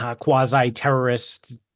quasi-terrorist